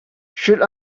should